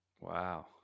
wow